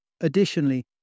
Additionally